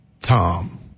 Tom